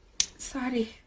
Sorry